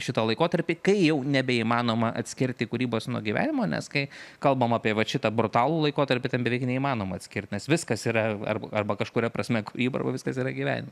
šitą laikotarpį kai jau nebeįmanoma atskirti kūrybos nuo gyvenimo nes kai kalbam apie vat šitą brutalų laikotarpį beveik neįmanoma atskirti nes viskas yra arba arba kažkuria prasme kūryba arba viskas yra gyvenimas